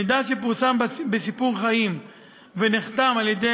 מידע שפורסם בסיפור חיים ונחתם על-ידי